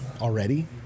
already